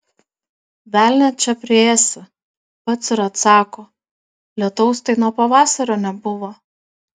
velnią čia priėsi pats ir atsako lietaus tai nuo pavasario nebuvo